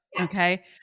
Okay